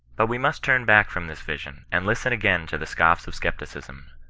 but we must turn back from this tision, and listen again to the scoffs of scepticism,